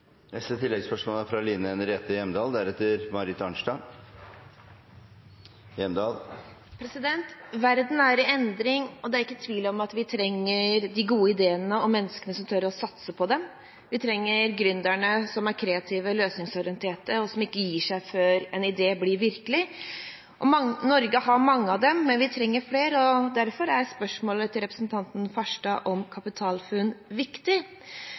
Line Henriette Hjemdal – til oppfølgingsspørsmål. Verden er i endring. Det er ikke tvil om at vi trenger de gode ideene – og menneskene som tør å satse på dem. Vi trenger gründere som er kreative og løsningsorienterte, og som ikke gir seg før en idé blir virkelighet. Norge har mange av dem, men vi trenger flere. Derfor er spørsmålet fra representanten Farstad om KapitalFUNN viktig.